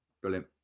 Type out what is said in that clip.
Brilliant